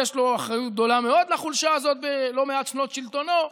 יש לו אחריות גדולה מאוד לחולשה הזאת בלא מעט שנות שלטונו.